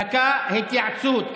דקה, התייעצות.